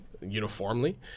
uniformly